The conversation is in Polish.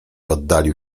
oddalił